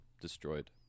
destroyed